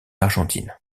argentine